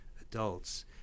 adults